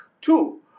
Two